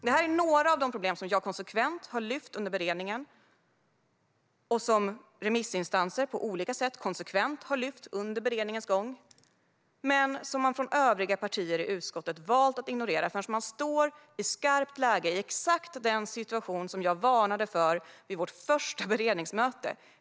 Det här är några av de problem som jag konsekvent har lyft fram under beredningen och som remissinstanser på olika sätt konsekvent har lyft fram under beredningens gång men som man från övriga partier i utskottet har valt att ignorera fram till att man står i skarpt läge i exakt den situation som jag varnade för vid vårt första beredningsmöte.